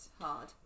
hard